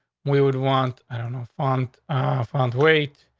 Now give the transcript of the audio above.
we would want i don't know, fund found weight.